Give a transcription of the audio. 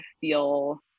feel